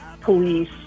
police